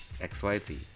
XYZ